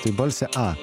tai balsė a